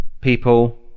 people